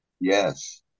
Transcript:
Yes